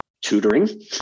tutoring